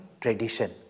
tradition